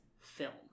film